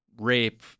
rape